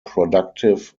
productive